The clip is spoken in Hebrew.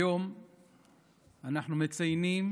היום אנחנו מציינים